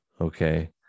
okay